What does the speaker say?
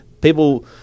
people